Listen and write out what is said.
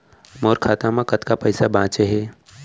मोर खाता मा कतका पइसा बांचे हे?